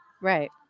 Right